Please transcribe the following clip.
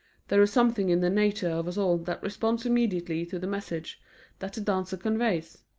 there is something in the nature of us all that responds immediately to the message that the dancer conveys.